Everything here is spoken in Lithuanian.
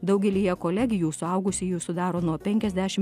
daugelyje kolegijų suaugusiųjų sudaro nuo penkiasdešim